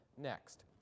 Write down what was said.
next